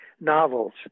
novels